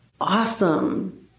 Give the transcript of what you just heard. awesome